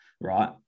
right